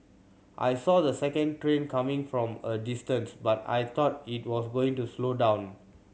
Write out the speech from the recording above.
I saw the second train coming from a distance but I thought it was going to slow down